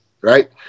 right